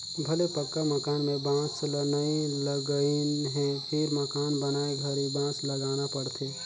भले पक्का मकान में बांस ल नई लगईंन हे फिर मकान बनाए घरी बांस लगाना पड़थे